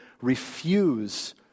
refuse